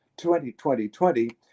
2020